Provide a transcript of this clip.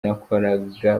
nakoraga